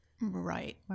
Right